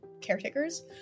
caretakers